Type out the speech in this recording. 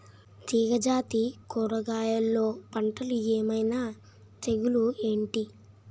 తీగ జాతి కూరగయల్లో పంటలు ఏమైన తెగులు ఏంటి?